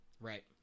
Right